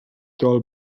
doll